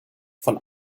von